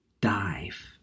dive